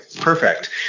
Perfect